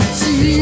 see